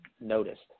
noticed